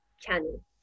channel